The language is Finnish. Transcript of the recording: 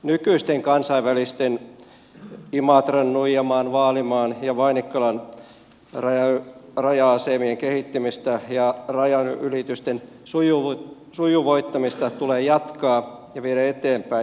nykyisten kansainvälisten raja asemien imatran nuijamaan vaalimaan ja vainikkalan kehittämistä ja rajanylitysten sujuvoittamista tulee jatkaa ja viedä eteenpäin